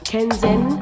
Kenzen